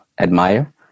admire